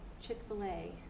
Chick-fil-A